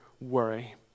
Worry